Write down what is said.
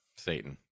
Satan